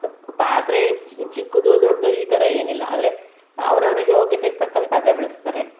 ಪಾತ್ರೆ ಚಿಕ್ಕದು ದೊಡ್ಡದು ಈ ಥರ ಏನಿಲ್ಲ ಆದರೆ ಅವರವ್ರ ಯೋಗ್ಯತೆಗೆ ತಕ್ಕಂತೆ ಪಾತ್ರೆ ಬಳಸ್ತಾರೆ